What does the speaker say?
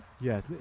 Yes